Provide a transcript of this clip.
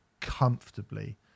comfortably